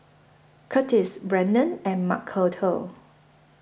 Curtiss Brennen and Macarthur